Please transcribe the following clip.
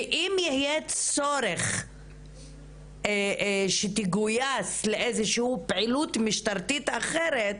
ואם יהיה צורך שהיא תגויס לאיזושהי פעילות משטרתית אחרת,